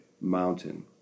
mountain